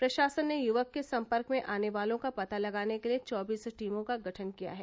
प्रशासन ने युवक के संपर्क में आने वालों का पता लगाने के लिए चौबीस टीमों का गठन किया है